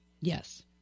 Yes